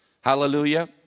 Hallelujah